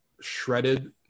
shredded